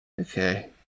Okay